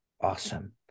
awesome